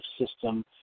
system